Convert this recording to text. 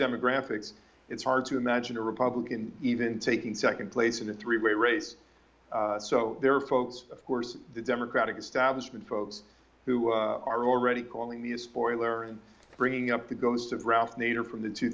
demographics it's hard to imagine a republican even taking second place in a three way race so there are folks of course the democratic establishment folks who are already calling me a spoiler and bringing up the ghost of ralph nader from the two